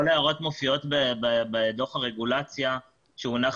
כל ההערות מופיעות בדוח הרגולציה שהונח